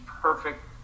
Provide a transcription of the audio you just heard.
perfect